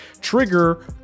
trigger